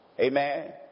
Amen